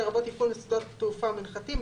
לרבות תפעול שדות תעופה ומנחתים,